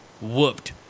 whooped